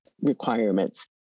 requirements